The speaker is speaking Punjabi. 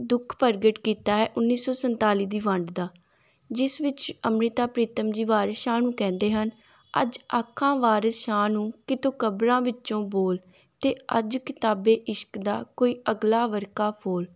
ਦੁੱਖ ਪ੍ਰਗਟ ਕੀਤਾ ਹੈ ਉੱਨੀ ਸੌ ਸੰਤਾਲੀ ਦੀ ਵੰਡ ਦਾ ਜਿਸ ਵਿੱਚ ਅੰਮ੍ਰਿਤਾ ਪ੍ਰੀਤਮ ਜੀ ਵਾਰਸ਼ ਸ਼ਾਹ ਨੂੰ ਕਹਿੰਦੇ ਹਨ ਅੱਜ ਆਖਾਂ ਵਾਰਸ਼ ਸ਼ਾਹ ਨੂੰ ਕਿਤੋਂ ਕਬਰਾਂ ਵਿੱਚੋਂ ਬੋਲ ਅਤੇ ਅੱਜ ਕਿਤਾਬੇ ਇਸ਼ਕ ਦਾ ਕੋਈ ਅਗਲਾ ਵਰਕਾ ਫੋਲ